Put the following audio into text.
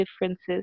differences